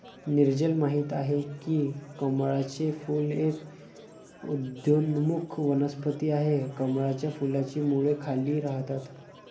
नीरजल माहित आहे की कमळाचे फूल एक उदयोन्मुख वनस्पती आहे, कमळाच्या फुलाची मुळे खाली राहतात